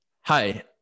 hi